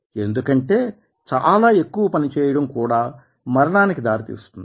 ఎందుకంటే చాలా ఎక్కువ పనిచేయడం కూడా మరణానికి దారి తీస్తుంది